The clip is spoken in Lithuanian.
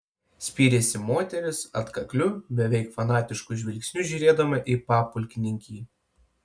spyrėsi moteris atkakliu beveik fanatišku žvilgsniu žiūrėdama į papulkininkį